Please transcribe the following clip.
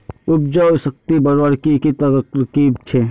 उपजाऊ शक्ति बढ़वार की की तरकीब छे?